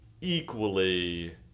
equally